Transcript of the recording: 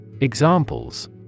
Examples